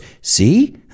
See